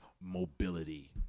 Mobility